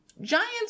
giants